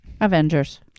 Avengers